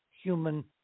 human